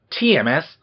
TMS